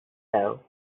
though